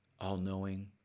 all-knowing